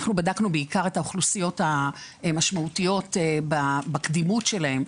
בדקנו בעיקר את האוכלוסיות המשמעותיות בקדימות שלהן,